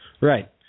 right